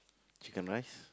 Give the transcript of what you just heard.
chicken rice